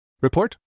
Report